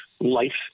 life